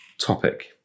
topic